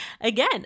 again